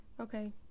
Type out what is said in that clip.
Okay